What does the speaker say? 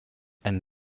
and